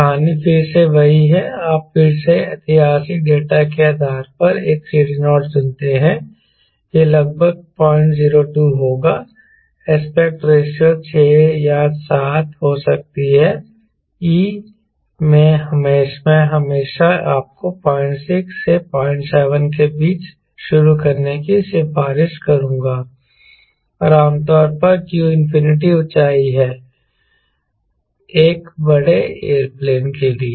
तो कहानी फिर से वही है आप फिर से ऐतिहासिक डेटा के आधार पर एक CD0 चुनते हैं यह लगभग 002 होगा एस्पेक्ट रेशों 6 या 7 हो सकता है e मैं हमेशा आपको 06 से 07 के बीच शुरू करने की सिफारिश करूंगा और आमतौर पर qऊंचाई है एक बड़े एयरप्लेन के लिए